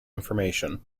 information